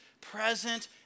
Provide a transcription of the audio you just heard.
present